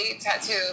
tattoo